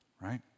right